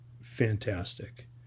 fantastic